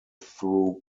through